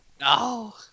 No